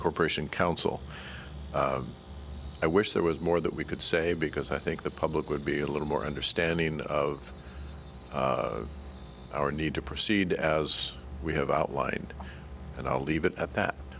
corporation counsel i wish there was more that we could say because i think the public would be a little more understanding of our need to proceed as we have outlined and i'll leave it at that